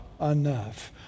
enough